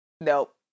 Nope